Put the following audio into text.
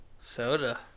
Soda